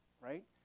right